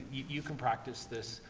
you can practice this,